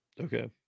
okay